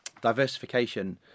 diversification